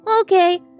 Okay